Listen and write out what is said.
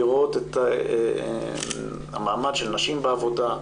לראות את המעמד של נשים בעבודה,